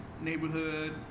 neighborhood